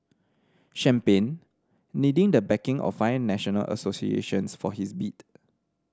champagne needing the backing of five national associations for his bid